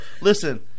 Listen